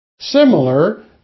similar